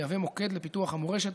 יהווה מוקד לפיתוח המורשת,